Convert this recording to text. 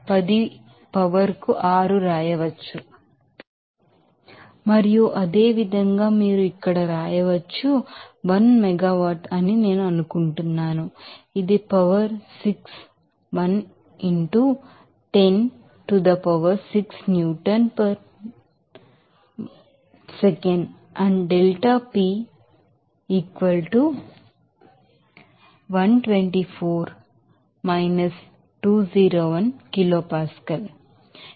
ఇది మీకు అక్కడ తెలుసు మరియు అదే విధంగా మీరు ఇక్కడ వ్రాయవచ్చు ఇది 1 మెగావాట్లు అని నేను అనుకుంటున్నాను ఇది power 6 1 into 10 to the power 6 Newton per Newton meter per second and delta P will be here 124 207 kilo Pascal